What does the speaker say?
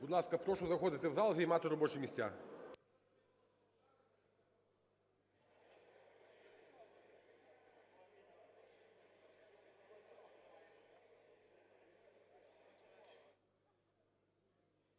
Будь ласка, прошу заходити в зал, займати робочі місця.